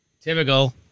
Typical